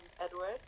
Edward